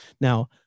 Now